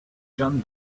john